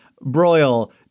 broil